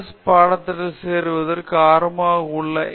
பாடத்திட்டத்தில் சேர்வதற்கு ஆர்வமாக உள்ள எம்